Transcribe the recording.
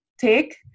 take